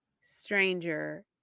stranger